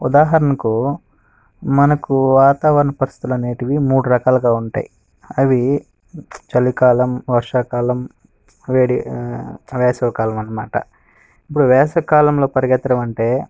ఉదాహరణకు మనకు వాతావరణ పరిస్థితులు అనేటివి మూడు రకాలుగా ఉంటాయి అవి చలికాలం వర్షాకాలం వేసవికాలం అన్నమాట ఇప్పుడు వేసవికాలంలో పరిగెత్తడం అంటే